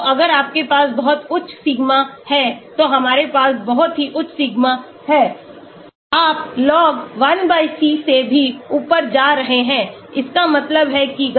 तो अगर आपके पास बहुत उच्च सिग्मा है तो हमारे पास बहुत ही उच्च सिग्मा है आप log 1 c से भी ऊपर जा रहे हैं इसका मतलब है कि गतिविधि